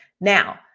Now